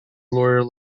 laurier